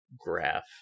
graph